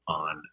on